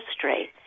history